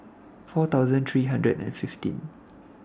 four thousand three hundred and fifteen